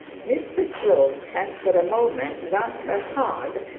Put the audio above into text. mr slope had, for a moment, run her hard,